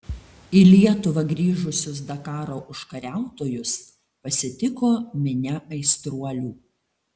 į lietuvą grįžusius dakaro užkariautojus pasitiko minia aistruolių